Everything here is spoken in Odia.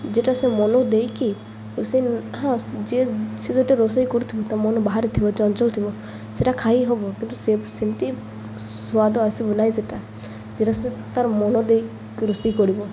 ଯେଟା ସେ ମନ ଦେଇକି ରୋଷେଇ ହଁ ଯିଏ ସେ ସେଟା ରୋଷେଇ କରୁଥିବ ତା ମନ ବାହାରେ ଥିବ ଚଞ୍ଚଲ ଥିବ ସେଟା ଖାଇ ହେବ କିନ୍ତୁ ସେ ସେମିତି ସୁଆଦ ଆସିବ ନାଇଁ ସେଇଟା ଯେଟା ସେ ତାର ମନ ଦେଇକି ରୋଷେଇ କରିବ